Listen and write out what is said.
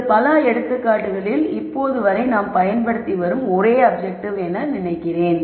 இது பல எடுத்துக்காட்டுகளில் இப்போது வரை நாம் பயன்படுத்தி வரும் ஒரே அப்ஜெக்ட்டிவ் என்று நினைக்கிறேன்